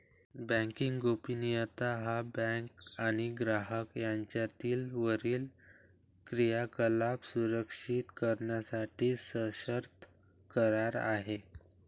banking गोपनीयता हा bank आणि ग्राहक यांच्यातील वरील क्रियाकलाप सुरक्षित करण्यासाठी सशर्त करार आहे